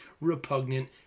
repugnant